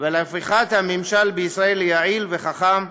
ולהפיכת הממשל בישראל ליעיל וחכם,